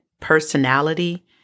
personality